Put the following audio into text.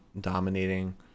dominating